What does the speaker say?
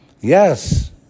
Yes